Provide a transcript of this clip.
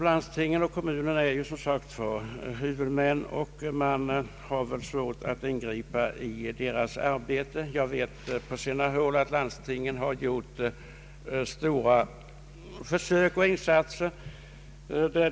Landstingen och kommunerna är som sagt sjukvårdens huvudmän, och riksdagen har väl svårt att ingripa i deras arbete. Jag vet att på sina håll har landstingen gjort stora insatser för att söka komma till rätta med narkotikaproblemet.